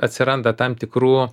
atsiranda tam tikrų